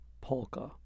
polka